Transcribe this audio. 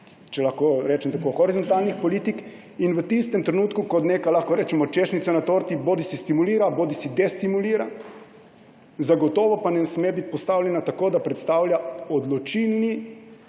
če lahko tako rečem, horizontalnih politik. V tistem trenutku ko neka, lahko rečemo, češnjica na torti bodisi stimulira bodisi destimulira, zagotovo ne sme biti postavljena tako, da predstavlja pritisk